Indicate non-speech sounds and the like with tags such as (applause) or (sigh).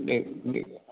नै (unintelligible)